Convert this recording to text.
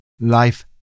Life